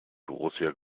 borussia